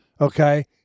Okay